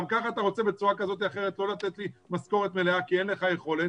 גם ככה אתה רוצה לא לתת לי משכורת מלאה כי אין לך יכולת,